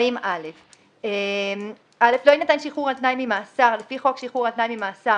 40א. (א)לא יינתן שחרור על-תנאי ממאסר לפי חוק שחרור על תנאי ממאסר,